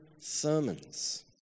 sermons